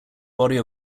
body